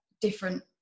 different